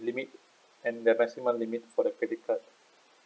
limit and the maximum limit for the credit card